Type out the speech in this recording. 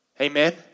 Amen